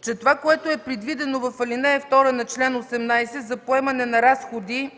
че това, което е предвидено в ал. 2 на чл. 18 за поемане на разходи